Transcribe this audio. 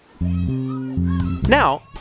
Now